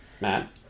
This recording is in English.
Matt